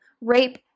rape